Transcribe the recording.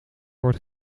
wordt